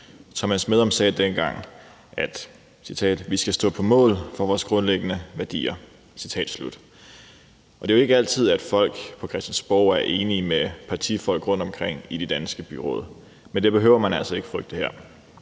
Thomas Medom sagde dengang – og jeg citerer: »Vi skal stå på mål for grundlæggende værdier.« Det er jo ikke altid sådan, at folk på Christiansborg er enige med partifolk rundtomkring i de danske byråd, men det behøver man altså ikke frygte her.